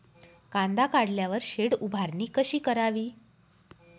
कांदा काढल्यावर शेड उभारणी कशी करावी?